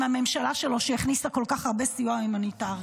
עם הממשלה שלו שהכניסה כל כך הרבה סיוע הומניטרי.